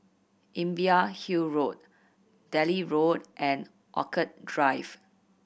Imbiah Hill Road Delhi Road and Orchid Drive